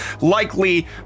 likely